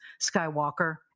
Skywalker